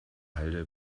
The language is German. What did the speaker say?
halde